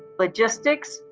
logistics,